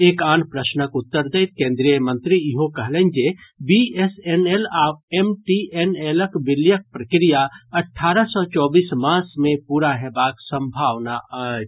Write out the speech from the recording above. एक आन प्रश्नक उत्तर दैत केन्द्रीय मंत्री ईहो कहलनि जे बीएसएनएल आ एमटीएनएलक विलयक प्रक्रिया अठारह सॅ चौबीस मास मे पूरा हेबाक संभावना अछि